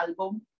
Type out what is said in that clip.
album